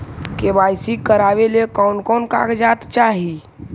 KYC करावे ले कोन कोन कागजात चाही?